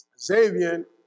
Xavier